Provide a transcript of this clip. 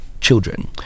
children